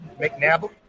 McNabb